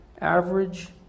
average